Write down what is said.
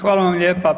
Hvala vam lijepa.